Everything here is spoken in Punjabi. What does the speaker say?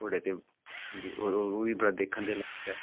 ਘੌੜੇ 'ਤੇ ਹਾਂਜੀ ਉਹ ਉਹ ਵੀ ਬੜਾ ਦੇਖਣ ਦੇ ਲਾਇਕ ਆ